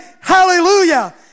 hallelujah